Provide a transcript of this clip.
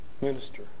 minister